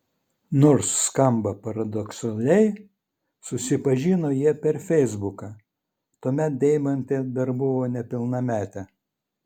nors skamba paradoksaliai susipažino jie per feisbuką tuomet deimantė dar buvo nepilnametė